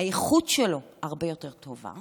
האיכות שלו הרבה יותר טובה